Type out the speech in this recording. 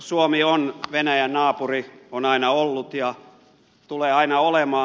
suomi on venäjän naapuri on aina ollut ja tulee aina olemaan